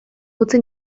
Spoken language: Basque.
utzi